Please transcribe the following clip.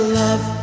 love